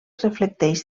reflecteix